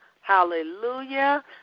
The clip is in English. Hallelujah